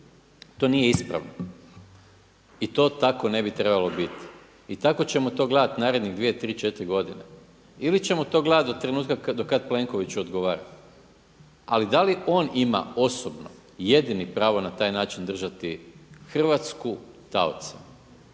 To nije ispravno i to tako ne bi trebalo biti. I tako ćemo to gledati narednih 2,3,4 godine ili ćemo to gledati do trenutka do kada Plenkoviću odgovara. Ali da on ima osobno jedini pravo na taj način držati Hrvatsku taocem?